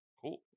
Cool